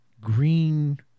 green